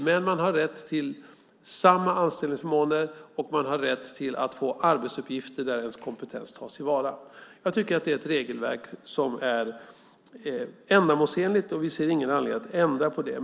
Men man har rätt till samma anställningsförmåner, och man har rätt till att få arbetsuppgifter där ens kompetens tas till vara. Jag tycker att det är ett regelverk som är ändamålsenligt, och vi ser ingen anledning att ändra på det.